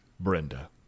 Brenda